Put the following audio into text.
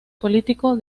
político